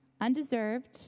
undeserved